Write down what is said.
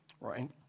right